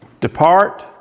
Depart